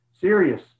serious